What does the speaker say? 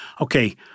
okay